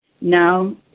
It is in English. Now